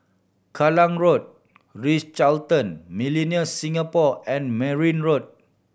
Kallang Road Ritz Carlton Millenia Singapore and Merryn Road